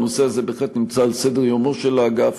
הנושא הזה בהחלט נמצא על סדר-יומו של האגף,